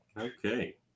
Okay